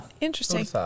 interesting